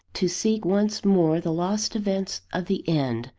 to seek once more the lost events of the end,